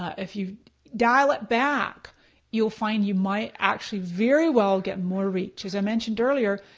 ah if you dial it back you'll find you might actually very well get more reach. as i mentioned earlier,